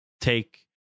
take